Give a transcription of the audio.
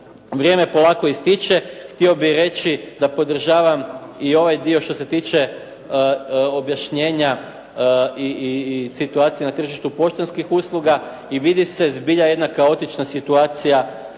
vrijeme polako ističe. Htio bih reći da podržavam i ovaj dio što se tiče objašnjenja i situacije na tržištu poštanskih usluga i vidi se zbilja jedna kaotična situacija